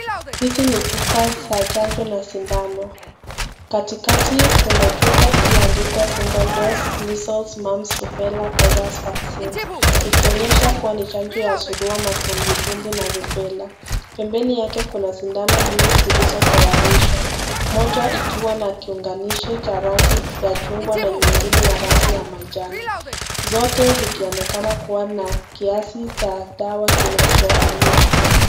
Hizi ni chupa za chanjo na sindano. Katikati kuna chupa iliyo andikwa [single dose measles, mumps rubella virus vaccine]. Ikionyesha kua ni chanjo ya surua, matumbwitumbwi na rubela. Pembeni yake kuna sindano mbili zilizotayarishwa. Moja ikiwa na kiunganishi cha rangi ya chungwa na nyingine ya rangi ya manjano. Zote zikionekana kua na kiasi cha dawa kinacha ainishwa.